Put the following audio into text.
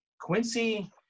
Quincy